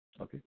Okay